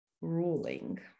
ruling